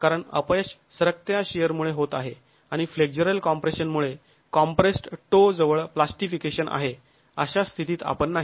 कारण अपयश सरकत्या शिअर मुळे होत आहे आणि फ्लेक्झरल कॉम्प्रेशन मुळे कॉम्प्रेस्ड् टो जवळ प्लास्टीफिकेशन आहे अशा स्थितीत आपण नाही